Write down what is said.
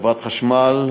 חברת חשמל,